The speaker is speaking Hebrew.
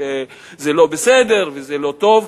זה לא בסדר וזה לא טוב,